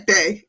Day